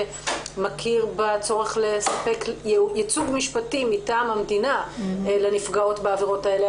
שמכיר בצורך לספק ייצוג משפטי מטעם המדינה לנפגעות בעבירות האלה,